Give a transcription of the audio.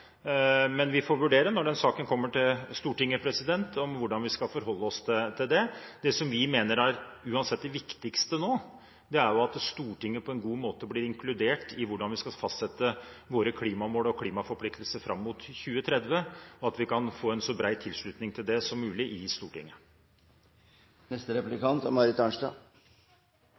Men vi får vurdere, når den saken kommer til Stortinget, hvordan vi skal forholde oss til det. Det vi mener uansett er det viktigste nå, er at Stortinget på en god måte blir inkludert i hvordan vi skal fastsette våre klimamål og klimaforpliktelser fram mot 2030, og at vi kan få en så bred tilslutning til det som mulig i Stortinget. Arbeiderpartiet og Senterpartiet står sammen om mange ting i innstillingen, men det er